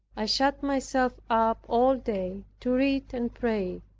i shut myself up all day to read and pray.